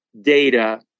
data